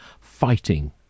fighting